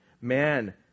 Man